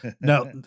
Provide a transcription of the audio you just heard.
Now